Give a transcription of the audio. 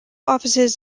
offices